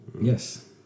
Yes